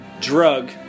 drug